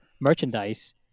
merchandise